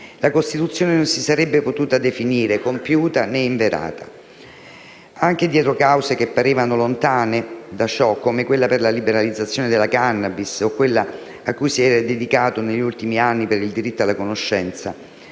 la Costituzione non si sarebbe potuta definire compiuta né inverata. Anche dietro cause che parevano lontane da ciò, come quella per la liberalizzazione della *cannabis* o quella cui si era dedicato negli ultimi anni per il diritto alla conoscenza,